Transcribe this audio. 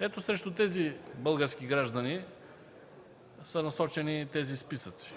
Ето срещу тези български граждани са насочени тези списъци.